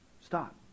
Stop